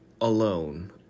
alone